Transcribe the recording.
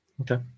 Okay